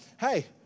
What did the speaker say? hey